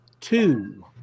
two